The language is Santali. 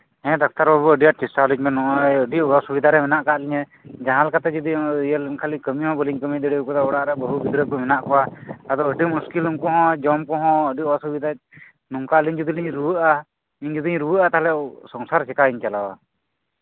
ᱦᱮᱸ ᱰᱟᱠᱛᱟᱨ ᱵᱟᱹᱵᱩ ᱟᱹᱰᱤ ᱟᱸᱴ ᱯᱨᱮᱥᱟᱨ ᱤᱧ ᱠᱟᱱᱟ ᱟᱹᱰᱤ ᱚᱥᱩᱵᱤᱫᱷᱟᱨᱮ ᱢᱮᱱᱟᱜ ᱟᱠᱟᱫ ᱞᱤᱧᱟ ᱡᱟᱦᱟᱸ ᱞᱮᱠᱟᱛᱮ ᱡᱚᱫᱤ ᱤᱭᱟᱹ ᱞᱮᱱᱠᱷᱟᱱ ᱠᱟᱹᱢᱤ ᱦᱚᱸ ᱵᱟᱞᱤᱧ ᱠᱟᱹᱢᱤ ᱫᱟᱲᱮᱭᱟᱫᱟ ᱚᱲᱟᱜ ᱨᱮ ᱵᱟᱹᱦᱩ ᱜᱤᱫᱽᱨᱟᱹ ᱠᱚ ᱢᱮᱱᱟᱜ ᱠᱚᱣᱟ ᱟᱫᱚ ᱟᱹᱰᱤ ᱢᱩᱥᱠᱤᱞ ᱩᱱᱠᱩ ᱦᱚᱸ ᱡᱚᱢ ᱠᱚᱦᱚᱸ ᱟᱹᱰᱤ ᱚᱥᱩᱵᱤᱫᱷᱟ ᱱᱚᱝᱠᱟ ᱟᱹᱞᱤᱧ ᱡᱚᱫᱤ ᱞᱤᱧ ᱨᱩᱣᱟᱹᱜᱼᱟ ᱤᱧ ᱡᱩᱫᱤᱧ ᱨᱩᱣᱟᱹᱜᱼᱟ ᱥᱚᱝᱥᱟᱨ ᱪᱤᱠᱟᱛᱤᱧ ᱪᱟᱞᱟᱣᱟ